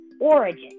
origin